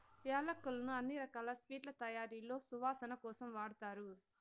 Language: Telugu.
యాలక్కులను అన్ని రకాల స్వీట్ల తయారీలో సువాసన కోసం వాడతారు